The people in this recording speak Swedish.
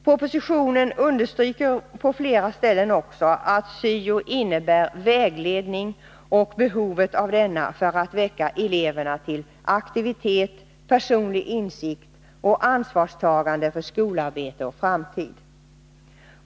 Propositionen uttalar på flera ställen att syo också innebär vägledning och understryker behovet av denna när det gäller att väcka eleverna till aktivitet, personlig insikt och ansvarstagande för skolarbete och framtid.